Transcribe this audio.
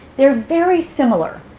they're very similar.